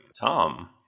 Tom